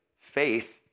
faith